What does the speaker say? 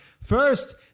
First